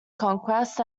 conquest